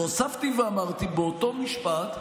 והוספתי ואמרתי באותו משפט,